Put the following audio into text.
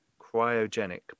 cryogenic